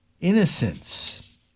innocence